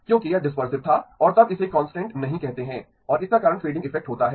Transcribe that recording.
क्योंकि यह डिसपेरसिव था और तब इसे कांस्टेंट नहीं कहते है और इसका कारण फ़ेडिंग इफ़ेक्ट होता है